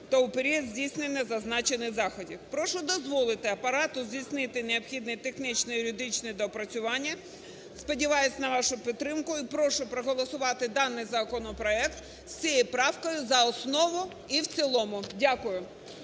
та у період здійснення зазначених заходів". Прошу дозволити Апарату здійснити необхідні технічні, юридичні доопрацювання. Сподіваюсь на вашу підтримку і прошу проголосувати даний законопроект з цією правкою за основу і в цілому. Дякую.